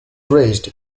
raised